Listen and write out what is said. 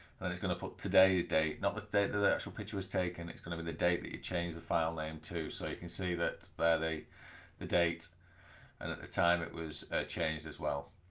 then it's gonna put today's date not the date the the actual picture was taken it's gonna be the date that you change the file name to so you can see that they're they the date and at the time it was changed as well,